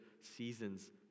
seasons